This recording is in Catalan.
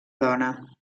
dona